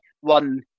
one